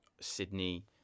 sydney